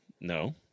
No